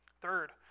Third